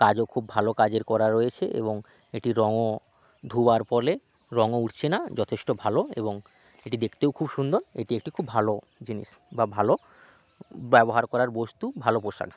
কাজও খুব ভালো কজের করা রয়েছে এবং এটির রঙও ধোবার পলে রঙও উঠছে না যথেষ্ট ভালো এবং এটি দেখতেও খুব সুন্দর এটি একটি খুব ভালো জিনিস বা ভালো ব্যবহার করার বস্তু ভালো পোশাক